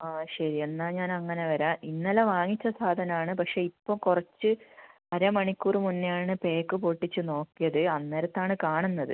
ആ ശരി എന്നാൽ ഞാൻ അങ്ങനെ വരാം ഇന്നലെ വാങ്ങിച്ച സാധനമാണ് പക്ഷെ ഇപ്പം കുറച്ച് അര മണിക്കൂർ മുന്നെ ആണ് പാക്ക് പൊട്ടിച്ച് നോക്കിയത് അന്നേരത്താണ് കാണുന്നത്